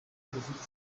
dufite